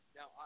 Now